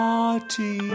Party